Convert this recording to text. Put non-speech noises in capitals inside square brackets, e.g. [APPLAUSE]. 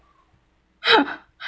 [LAUGHS]